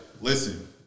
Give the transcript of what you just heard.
listen